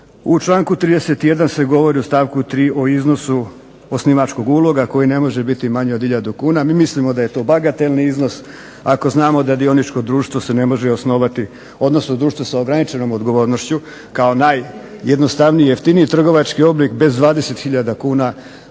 U članku 31. se govori u stavku 3. o iznosu osnivačkog uloga koji ne može biti manji od hiljadu kuna. Mi mislimo da je to bagatelni iznos, ako znamo da dioničko društvo se ne može osnovati, odnosno društvo sa ograničenom odgovornošću kao najjednostavniji, jeftiniji trgovački oblik bez 20 hiljada